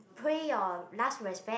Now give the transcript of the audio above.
pay your last respect